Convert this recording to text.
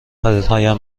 خریدهایم